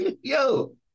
Yo